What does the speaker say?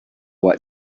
what